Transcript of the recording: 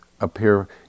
appear